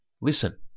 listen